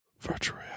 virtual